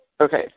okay